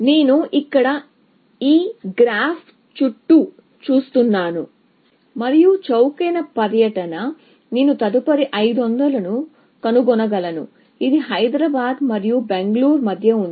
నేను ఇక్కడ ఈ గ్రాఫ్ చుట్టూ చూస్తున్నాను మరియు చౌకైన పర్యటన నేను తదుపరి 500 ను కనుగొనగలను ఇది హైదరాబాద్ మరియు బెంగళూరు మధ్య ఉంది